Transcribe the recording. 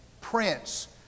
prince